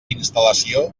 instal·lació